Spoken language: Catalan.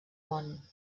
món